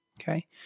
Okay